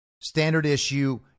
standard-issue